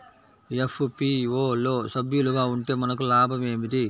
FPO లో సభ్యులుగా ఉంటే మనకు లాభం ఏమిటి?